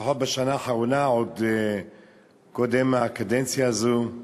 לפחות בשנה האחרונה, עוד קודם הקדנציה הזו,